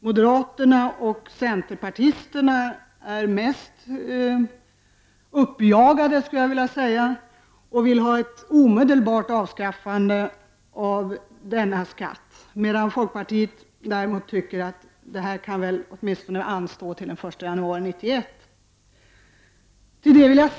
Moderaterna och centerpartisterna är mest uppjagade och vill att denna skatt omedelbart skall avskaffas, medan folkpartiet däremot tycker att denna fråga kan anstå åtminstone till den 1 januari 1991.